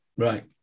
Right